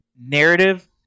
narrative